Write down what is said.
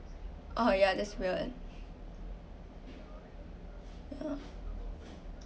oh yeah that's weird yeah